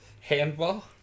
Handball